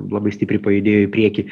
labai stipriai pajudėjo į priekį